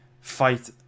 fight